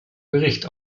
gericht